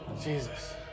Jesus